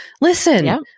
Listen